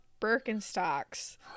birkenstocks